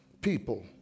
People